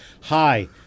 hi